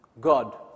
God